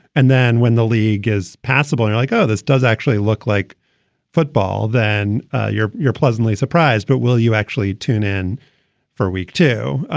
and then when the league is passively like, oh, this does actually look like football, then you're you're pleasantly surprised. but will you actually tune in for week two?